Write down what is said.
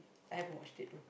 I haven't watched it though